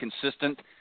consistent